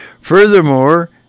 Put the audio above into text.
Furthermore